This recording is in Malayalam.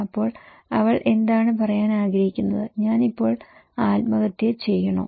അപ്പോൾ അവൾ എന്താണ് പറയാൻ ആഗ്രഹിക്കുന്നത് ഞാൻ ഇപ്പോൾ ആത്മഹത്യ ചെയ്യണോ